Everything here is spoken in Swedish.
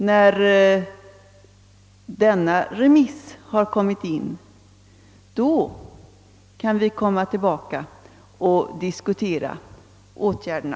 När de svaren kommit in, kan vi komma tillbaka till frågan och diskutera åtgärderna.